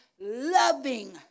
loving